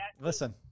Listen